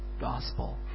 gospel